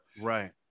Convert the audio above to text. Right